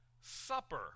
supper